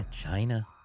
China